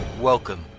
Welcome